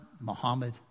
Muhammad